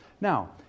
Now